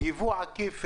שיסביר על יבוא עקיף